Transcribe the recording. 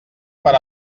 per